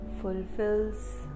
fulfills